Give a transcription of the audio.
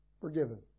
Forgiven